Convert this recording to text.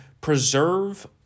preserve